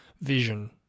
Vision